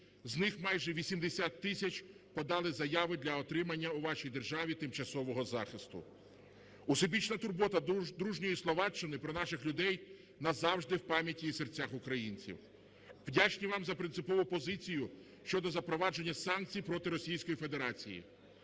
з них майже 80 тисяч подали заяви для отримання у вашій державі тимчасового захисту. Усебічна турбота дружньої Словаччини про наших людей назавжди в пам'яті і серцях українців. Вдячні вам за принципову позицію щодо запровадження санкцій проти Російської Федерації.